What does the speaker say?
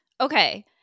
Okay